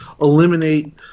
eliminate